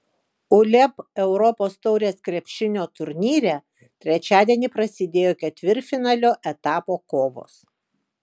uleb europos taurės krepšinio turnyre trečiadienį prasidėjo ketvirtfinalio etapo kovos